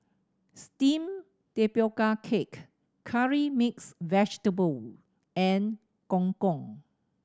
steamed tapioca cake Curry Mixed Vegetable and Gong Gong